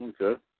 Okay